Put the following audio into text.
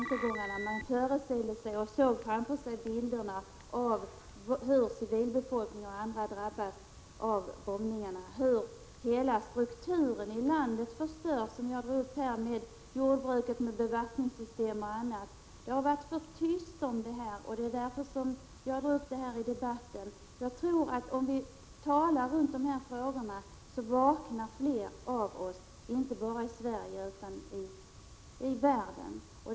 Med ett sådant krav kan man föreställa sig situationen och se framför sig bilderna av hur civilbefolkningen och andra drabbas av bombningarna, hur hela strukturen i landet —- jordbruk, bevattningssystem och annat — förstörs, som jag sade tidigare. Det har varit för tyst om detta. Det är därför som jag tar upp det i debatten. Jag tror att om vi talar om dessa frågor så vaknar flera av oss, inte bara i Sverige utan i världen.